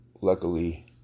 luckily